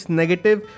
negative